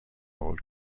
قبول